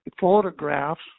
photographs